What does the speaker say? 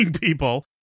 people